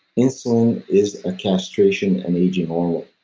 insulin is a castration and aging hormone.